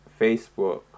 facebook